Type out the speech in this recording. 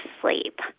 sleep